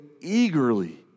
eagerly